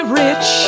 rich